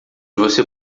você